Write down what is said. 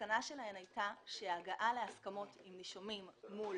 המסקנה שלהם הייתה שהגעה להסכמות עם נישומים מול